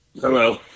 hello